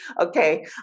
Okay